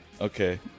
Okay